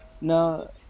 No